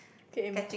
came